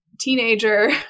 teenager